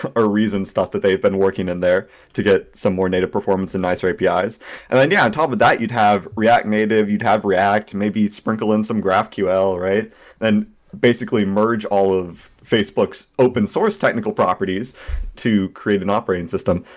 or reasons thought that they have been working in there to get some more native performance in nicer apis. on and and yeah on top of that, you'd have react native, you'd have react, maybe, sprinkle in some graphql, then basically, merge all of facebook's open source technical properties to create an operating system,